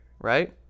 right